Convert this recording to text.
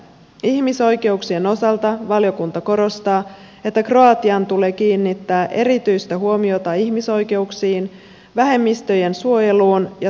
ihmisoikeuksien osalta valiokunta korostaa että kroatian tulee kiinnittää erityistä huomiota ihmisoikeuksiin vähemmistöjen suojeluun ja sotarikosasioiden käsittelyyn